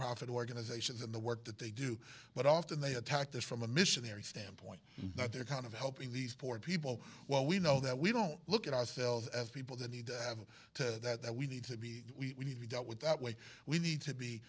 nonprofit organizations in the work that they do but often they attacked us from a missionary standpoint not their kind of helping these poor people well we know that we don't look at ourselves as people that need to have that we need to be we be dealt with that way we need to be